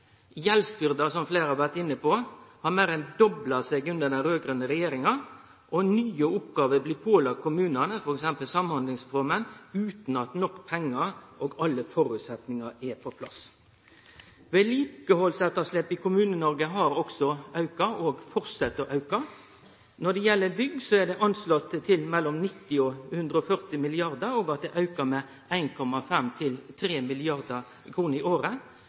Gjeldsbyrda, som fleire har vore inne på, har meir enn dobla seg under den raud-grøne regjeringa, og nye oppgåver blir pålagde kommunane, f.eks. Samhandlingsreforma, utan at nok pengar og alle føresetnader er på plass. Vedlikehaldsetterslepet i Kommune-Noreg har også auka, og held fram å auke. Når det gjeld bygg, er det anslått til 90–140 mrd. kr og at det aukar med 1,5–3 mrd. kr i året.